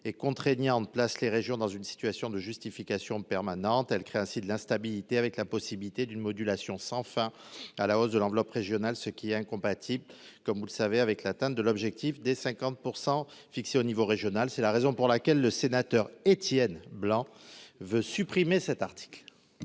et contraignante, place les régions dans une situation de justification permanente. Elle crée aussi de l'instabilité, en raison de la possible modulation- sans fin et à la hausse -de l'enveloppe régionale, ce qui est incompatible, comme vous le savez, avec l'atteinte de l'objectif de 50 %, fixé à l'échelle régionale. C'est pourquoi le sénateur M. Étienne Blanc souhaite supprimer cet article.